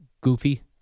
goofy